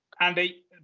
Andy